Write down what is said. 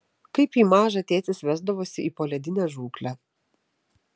kaip jį mažą tėtis vesdavosi į poledinę žūklę